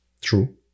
true